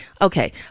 Okay